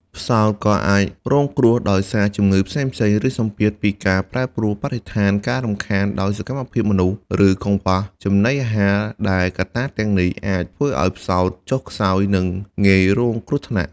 ផ្សោតក៏អាចរងគ្រោះដោយសារជំងឺផ្សេងៗ ឬសម្ពាធពីការប្រែប្រួលបរិស្ថាន ការរំខានដោយសកម្មភាពមនុស្ស ឬកង្វះចំណីអាហារដែលកត្តាទាំងនេះអាចធ្វើឱ្យផ្សោតចុះខ្សោយ និងងាយរងគ្រោះថ្នាក់។